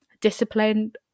disciplined